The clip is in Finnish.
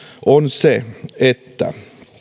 on se että